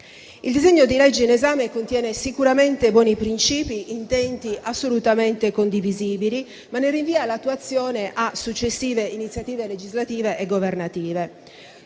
Il disegno di legge in esame contiene sicuramente buoni principi e intenti assolutamente condivisibili, ma ne rinvia l'attuazione a successive iniziative legislative e governative.